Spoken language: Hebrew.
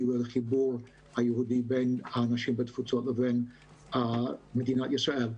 ולחיבור היהודי בין האנשים בתפוצות לבין מדינת ישראל.